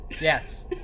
Yes